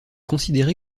considéré